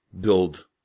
build